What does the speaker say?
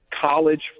college